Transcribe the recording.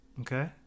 Okay